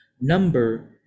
number